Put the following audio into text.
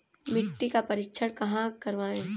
मिट्टी का परीक्षण कहाँ करवाएँ?